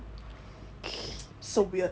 so weird